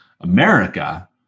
America